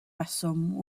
reswm